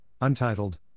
Untitled